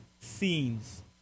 scenes